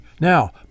Now